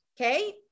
Okay